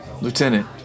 Lieutenant